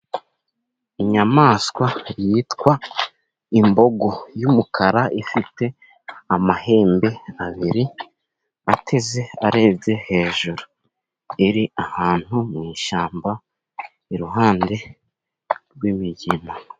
Inyamaswa yitwa imbogo y'umukara, ifite amahembe abiri ateze arebye hejuru, iri ahantu mu ishyamba iruhande rw'imigina.